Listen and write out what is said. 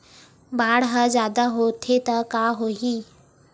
बाढ़ ह जादा होथे त का होही?